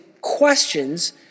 questions